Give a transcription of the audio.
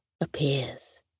appears